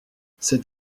c’est